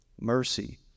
mercy